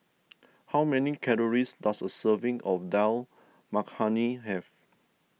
how many calories does a serving of Dal Makhani have